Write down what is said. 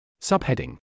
Subheading